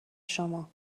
شما